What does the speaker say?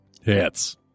Hits